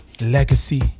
Legacy